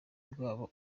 bwabo